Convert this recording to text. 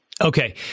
Okay